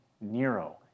Nero